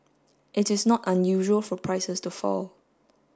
it is not unusual for prices to fall